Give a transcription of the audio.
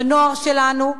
בנוער שלנו,